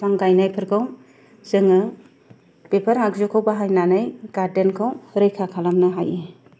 बिफां गायनायफोरखौ जोङो बेफोर आगजुखौ बाहायनानै गार्देनखौ रैखा खालामनो हायो